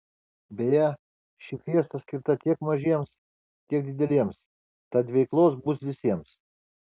beje ši fiesta skirta tiek mažiems tiek dideliems tad veiklos bus visiems